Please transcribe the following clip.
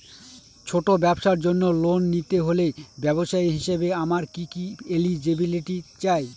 ছোট ব্যবসার জন্য লোন নিতে হলে ব্যবসায়ী হিসেবে আমার কি কি এলিজিবিলিটি চাই?